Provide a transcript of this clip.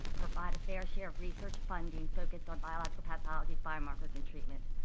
provide a fair share of research funding focused on biological pathologies, biomarkers, and treatments.